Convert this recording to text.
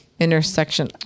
intersection